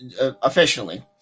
Officially